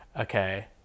Okay